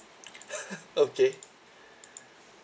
okay